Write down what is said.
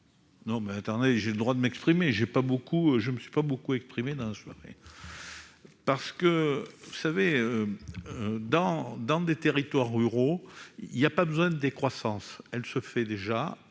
non mais attendez, j'ai le droit de m'exprimer, j'ai pas beaucoup, je me suis pas beaucoup exprimé dans la soirée, parce que vous savez dans dans des territoires ruraux, il y a pas besoin de croissance, elle se fait déjà,